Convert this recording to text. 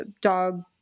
dog